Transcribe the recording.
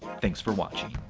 thanks for watching.